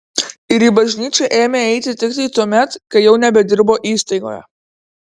ir į bažnyčią ėmė eiti tiktai tuomet kai jau nebedirbo įstaigoje